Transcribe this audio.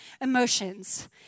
emotions